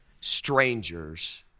Strangers